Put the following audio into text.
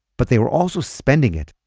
but they were also spending it,